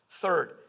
Third